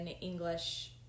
English